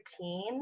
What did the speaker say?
routine